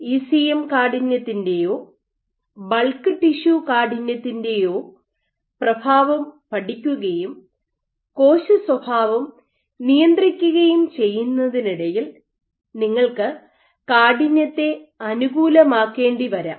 ECM കാഠിന്യത്തിന്റെയോ bulk tissue കാഠിന്യത്തിന്റെയോ പ്രഭാവം പഠിക്കുകയും കോശ സ്വഭാവം നിയന്ത്രിക്കുകയും ചെയ്യുന്നതിനിടയിൽ നിങ്ങൾക്ക് കാഠിന്യത്തെ അനുകൂലമാക്കേണ്ടി വരാം